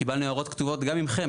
קיבלנו הערות כתובות גם מכם,